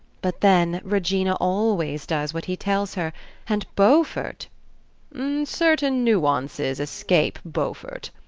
but then regina always does what he tells her and beaufort certain nuances escape beaufort,